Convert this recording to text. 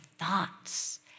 thoughts